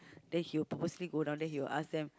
then he will purposely go down then he will ask them